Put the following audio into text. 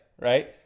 right